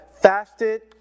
fasted